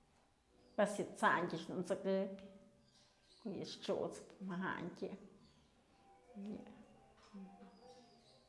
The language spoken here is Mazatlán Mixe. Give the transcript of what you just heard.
Pues yë tsandyë dun t'sëkëpyë ko'o yë t'syusëp majandyë yë.